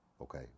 okay